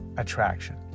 attraction